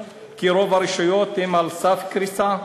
כי רוב הרשויות הן על סף קריסה.